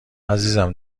عزیزم